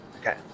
Okay